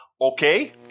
Okay